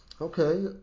Okay